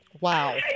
Wow